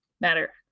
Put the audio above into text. matter